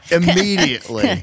immediately